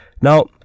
Now